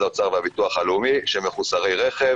האוצר והביטוח הלאומי שהם מחוסרי רכב.